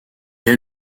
est